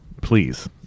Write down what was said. Please